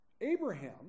Abraham